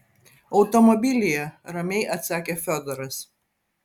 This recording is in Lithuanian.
automobilyje ramiai atsakė fiodoras